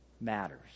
matters